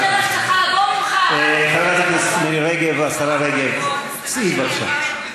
השרה מירי רגב, צאי, בבקשה.